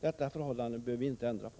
Det förhållandet bör vi inte ändra på.